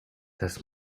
das